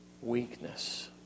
weakness